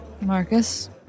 Marcus